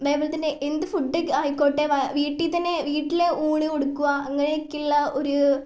അതേപോലെതന്നെ എന്തു ഫുഡ് ആയിക്കോട്ടെ വീട്ടിൽത്തന്നെ വീട്ടിലെ ഊണ് കൊടുക്കുക അങ്ങനെയൊക്കെയുള്ള ഒരു